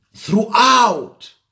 Throughout